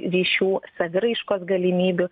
ryšių saviraiškos galimybių